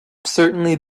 certainly